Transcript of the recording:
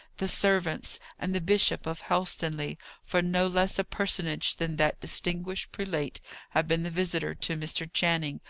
the servants, and the bishop of helstonleigh for no less a personage than that distinguished prelate had been the visitor to mr. channing,